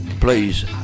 please